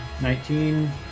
Nineteen